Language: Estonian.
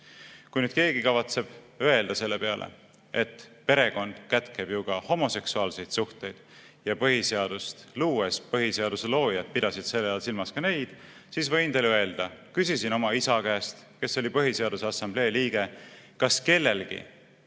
Kui nüüd keegi kavatseb selle peale öelda, et perekond kätkeb ju ka homoseksuaalseid suhteid ja põhiseadust luues põhiseaduse loojad pidasid selle all silmas ka neid, siis võin teile öelda, et ma küsisin oma isa käest, kes oli Põhiseaduse Assamblee liige, et kas kellelgi